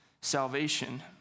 salvation